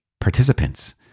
participants